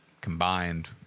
combined